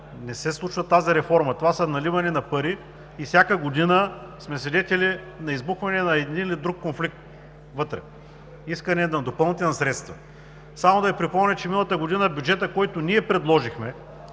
не се случва реформата. Това е наливане на пари и всяка година сме свидетели на избухване на един или друг конфликт вътре – искане на допълнителни средства. Само да Ви припомня, че миналата година бюджетът, който ние предложихме